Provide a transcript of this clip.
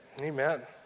Amen